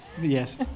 yes